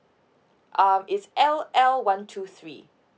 um it's L L one two three